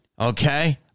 okay